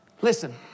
Listen